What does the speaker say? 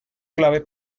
clave